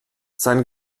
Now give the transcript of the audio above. sein